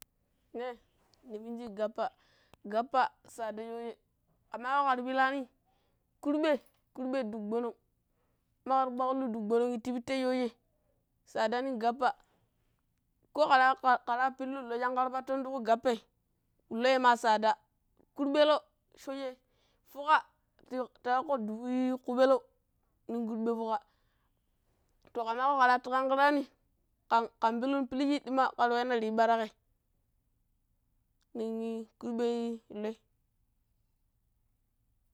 Ne, ne miniji gappa, gappa tsaɗa shweejen ke maa kako ƙira pilaani kurɓai kurɓai dubu gbo̱no̱ng. Dima kira kpaƙkullu dubu gbo̱no̱g ti pitte soojei? Tsada no̱ng gappa ko ƙira ƙiraa piku lo̱ shingƙar patto̱n tuƙu gappai, lo̱ ma tsada kurɓe lo̱ shweeje fuƙa tii ta ƙaƙƙo dubui ƙupeku no̱ng kurɓa fuƙa to ƙemaa kako karratu ƙanƙiraani ƙan ƙan pilun pilji ɗima ƙira weina riɓa tiƙei? no̱ng i-i- kurɓe lo̱i